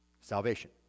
salvation